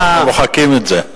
אנחנו מוחקים את זה.